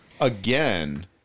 again